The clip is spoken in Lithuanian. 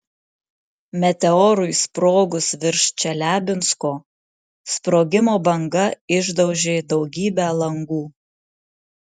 meteorui sprogus virš čeliabinsko sprogimo banga išdaužė daugybę langų